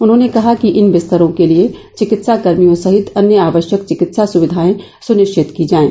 उन्होंने कहा कि इन बिस्तरों के लिए चिकित्साकर्मियों सहित अन्य आवश्यक चिकित्सा सुविधाएं सुनिश्चित की जाएं